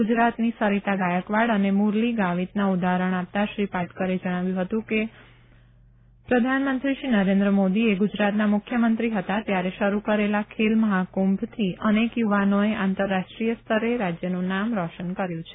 ગુજરાતની સરિતા ગાયકવાડ અને મુરલી ગાંવિતના ઉદાહરણ આપતાં શ્રી પાટકરે જણાવ્યું હતું કે પ્રધાનમંત્રી શ્રી નરેન્દ્ર મોદીએ ગુજરાતના મુખ્યમંત્રી હતા ત્યારે શરૂ કરેલા ખેલ મહાકુંભથી અનેક યુવાનોએ આંતરરાષ્ટ્રીય સ્તરે રાજ્યનું નામ રોશન કર્યું છે